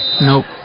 Nope